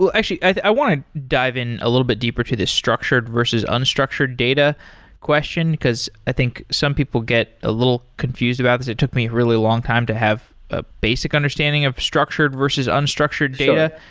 actually, i want to dive in a little bit deeper to this structured versus unstructured data question, because i think some people get a little confused about this. it took me really long time to have a basic understanding of structured versus unstructured data.